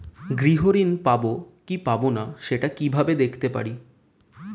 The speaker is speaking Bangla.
গৃহ ঋণ পাবো কি পাবো না সেটা কিভাবে দেখতে পারি?